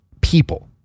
people